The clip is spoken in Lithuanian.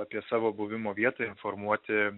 apie savo buvimo vietą informuoti